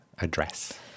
address